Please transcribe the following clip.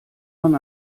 man